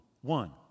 One